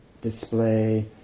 display